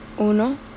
uno